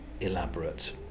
elaborate